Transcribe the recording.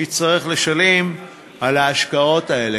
יצטרך לשלם על ההשקעות האלה.